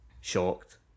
shocked